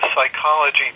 psychology